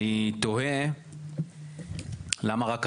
אני תוהה למה רק עכשיו,